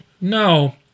no